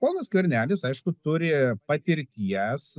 ponas skvernelis aišku turi patirties